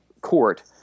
court